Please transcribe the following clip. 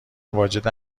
واجد